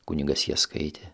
kunigas ją skaitė